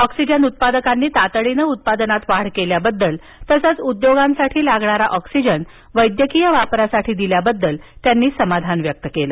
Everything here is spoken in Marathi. ऑक्सिजनउत्पादकांनी तातडीने उत्पादनात वाढ केल्याबद्दल तसंच उद्योगांसाठी लागणारा ऑक्सिजन वैद्यकीय वापरासाठी दिल्याबद्दल त्यांनी समाधान व्यक्त केलं